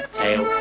tail